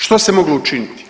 Što se moglo učiniti?